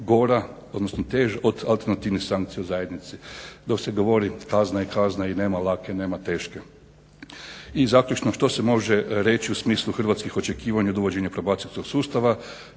gora odnosno teža od aleternativnih sankcija u zajednici. Dok se govori kazna je kazna i nema lake i nema teške. I zaključno što se može reći u smislu hrvatskih očekivanja dovođenja probacijskog sustava,